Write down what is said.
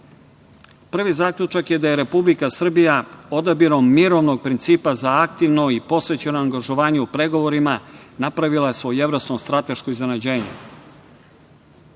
zaključak je da je Republika Srbija odabirom mirovnog principa za aktivno i posvećeno angažovanje u pregovorima napravila svojevrsno strateško iznenađenje.